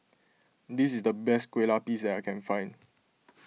this is the best Kueh Lapis that I can find